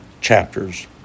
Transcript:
chapters—